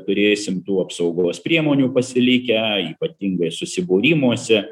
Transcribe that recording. turėsim tų apsaugos priemonių pasilikę ypatingai susibūrimuose